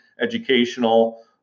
educational